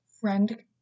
friend